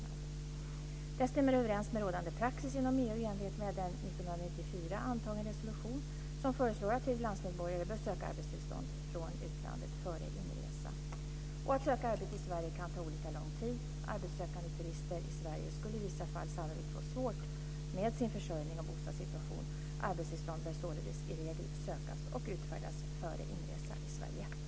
Detta stämmer överens med rådande praxis inom EU i enlighet med en 1994 antagen resolution som föreslår att tredjelandsmedborgare bör söka arbetstillstånd från utlandet före inresa. Att söka arbete i Sverige kan ta olika lång tid. Arbetssökande turister i Sverige skulle i vissa fall sannolikt få svårt med sin försörjning och bostadssituation. Arbetstillstånd bör således i regel sökas och utfärdas före inresa i Sverige.